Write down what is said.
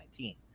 2019